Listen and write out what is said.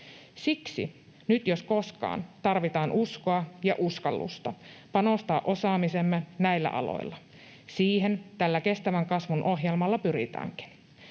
Siksi nyt jos koskaan tarvitaan uskoa ja uskallusta panostaa osaamiseemme näillä aloilla. Siihen tällä kestävän kasvun ohjelmalla pyritäänkin.